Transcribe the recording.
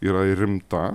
yra ir rimta